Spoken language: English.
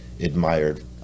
admired